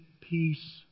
peace